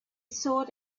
sought